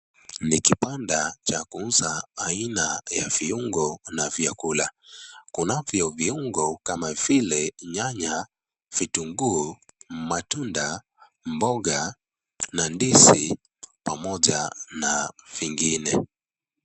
Ni kipanda cha kuuza aina ya viungo na vyakula. Kuna viungo kama vile nyanya, vitunguu, matunda, mboga na ndizi pamoja na vingine.